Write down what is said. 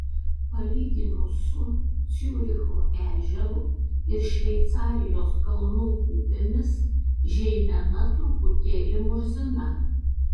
palyginus su ciuricho ežeru ir šveicarijos kalnų upėmis žeimena truputėlį murzina